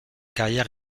carrière